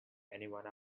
anyone